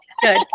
good